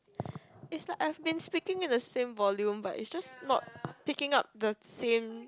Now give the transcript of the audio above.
it's like I've been speaking at the same volume but it's just not picking up the same